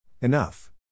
Enough